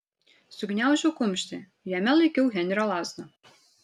sugniaužiau kumštį jame laikiau henrio lazdą